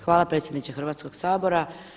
Hvala predsjedniče Hrvatskog sabora.